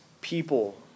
people